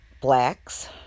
blacks